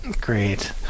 Great